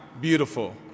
beautiful